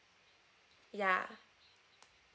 ya